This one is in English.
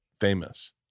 famous